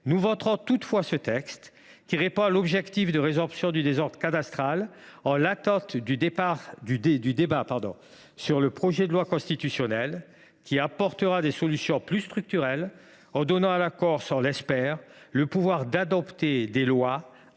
Nous voterons toutefois ce texte, qui répond à l’objectif de résorption du désordre cadastral, dans l’attente du débat sur le projet de loi constitutionnelle, lequel apportera des solutions structurelles en accordant à la Corse – nous en formons le vœu – le pouvoir d’adopter des lois adaptées